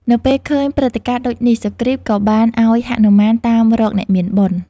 នៅពេលឃើញព្រឹត្តិការណ៍ដូចនេះ សុគ្រីពក៏បាន ឱ្យហនុមានតាមរកអ្នកមានបុណ្យ ។